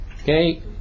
Okay